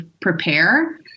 prepare